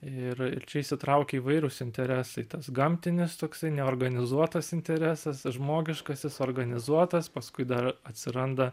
ir ir čia įsitraukia įvairūs interesai tas gamtinis toksai neorganizuotas interesas žmogiškasis organizuotas paskui dar atsiranda